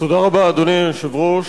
תודה רבה, אדוני היושב-ראש.